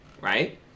right